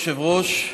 אדוני היושב-ראש,